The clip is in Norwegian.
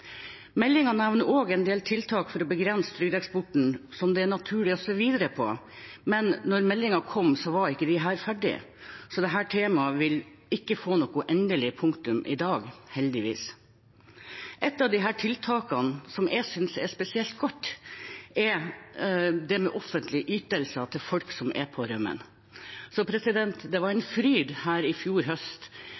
nevner også en del tiltak for å begrense trygdeeksporten, som det er naturlig å se videre på, men da meldingen kom, var ikke disse ferdige, så dette temaet vil ikke få noe endelig punktum i dag, heldigvis. Ett av tiltakene som jeg synes er spesielt godt, gjelder offentlige ytelser til folk som er på rømmen. Så det var en